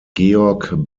georg